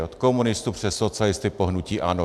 Od komunistů přes socialisty po hnutí ANO.